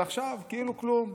ועכשיו, כאילו כלום.